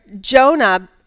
Jonah